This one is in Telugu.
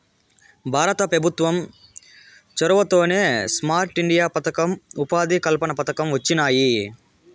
భారత పెభుత్వం చొరవతోనే స్మార్ట్ ఇండియా పదకం, ఉపాధి కల్పన పథకం వొచ్చినాయి